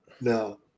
No